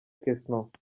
quesnot